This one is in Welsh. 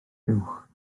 buwch